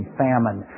famine